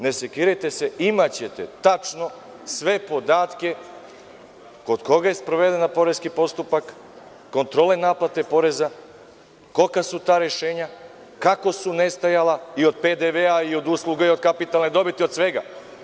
Ne sekiraj te se, imaćete tačno sve podatke kod koga je sproveden poreski postupak, kontrole naplate poreza, kolika su ta rešenja, kako su nestajala i od PDV i od usluga i od kapitalne dobiti, od svega.